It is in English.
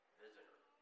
visitor